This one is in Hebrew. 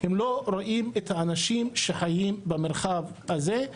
הם לא רואים את האנשים שחיים במרחב הזה.